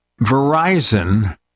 verizon